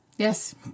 Yes